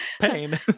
Pain